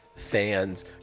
fans